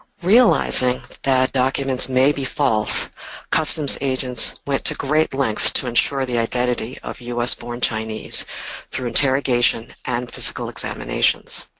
realizing that documents may be false customs agents went to great lengths to ensure the identity of us born chinese through interrogation and physical examinations.